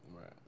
Right